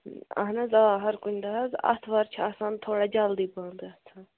اَہَن حظ آ ہر کُنہِ دۄہ حظ اَتھوار چھِ آسان تھوڑا جلدی پَہَم گژھان